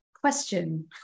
question